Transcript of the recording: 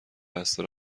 بسته